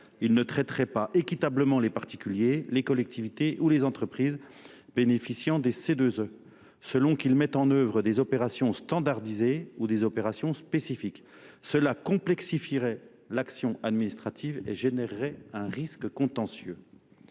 il ne traiterait pas équitablement les particuliers, les collectivités ou les entreprises bénéficiant des C2E, selon qu'ils mettent en œuvre des opérations standardisées ou des opérations spécifiques. Cela complexifierait l'action administrative et générerait un risque contentieux.